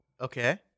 Okay